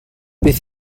beth